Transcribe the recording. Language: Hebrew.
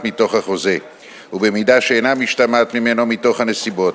מתוך החוזה ובמידה שאינה משתמעת ממנו מתוך הנסיבות.